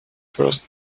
first